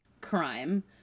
crime